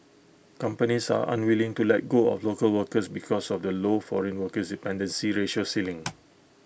companies are unwilling to let go of local workers because of the low foreign workers dependency ratio ceiling